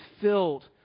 filled